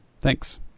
thanks